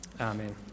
Amen